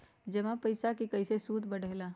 जमा पईसा के कइसे सूद बढे ला?